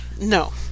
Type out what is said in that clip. No